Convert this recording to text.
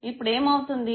ఇప్పుడు ఏమవుతుంది